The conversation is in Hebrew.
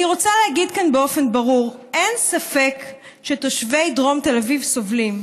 אני רוצה להגיד כאן באופן ברור: אין ספק שתושבי דרום תל אביב סובלים,